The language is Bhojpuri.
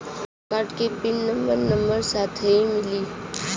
कार्ड के पिन नंबर नंबर साथही मिला?